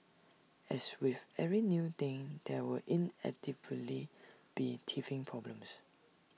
as with every new thing there will inevitably be teething problems